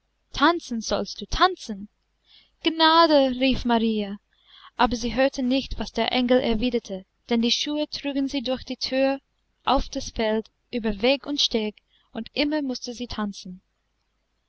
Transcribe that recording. tanzen sollst du tanzen gnade rief marie aber sie hörte nicht was der engel erwiderte denn die schuhe trugen sie durch die thür auf das feld über weg und steg und immer mußte sie tanzen